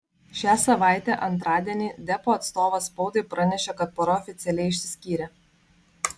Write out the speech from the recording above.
šią savaitę antradienį deppo atstovas spaudai pranešė kad pora oficialiai išsiskyrė